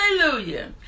hallelujah